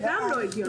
זה גם לא הגיוני.